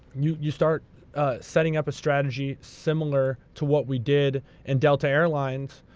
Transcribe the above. you you start setting up a strategy similar to what we did in delta airlines,